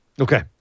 Okay